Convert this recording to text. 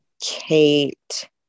Kate